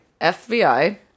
FBI